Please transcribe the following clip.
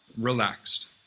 Relaxed